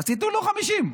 אז תיתנו לו 50,